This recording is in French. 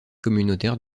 communautaire